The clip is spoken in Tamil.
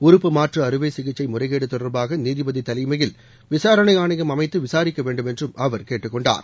உறுப்பு மாற்று அறுவை சிகிச்சை முறைகேடு தொடர்பாக நீதிபதி தலைமையில் விசாரணை ஆணையம் அமைத்து விசாரிக்க வேண்டுமென்றும் அவர் கேட்டுக் கொண்டார்